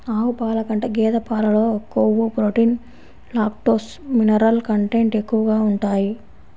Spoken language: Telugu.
ఆవు పాల కంటే గేదె పాలలో కొవ్వు, ప్రోటీన్, లాక్టోస్, మినరల్ కంటెంట్ ఎక్కువగా ఉంటాయి